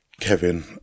Kevin